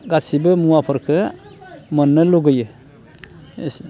गासैबो मुवाफोरखौ मोननो लुबैयो एसेनो